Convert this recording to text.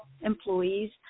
employees